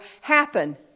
happen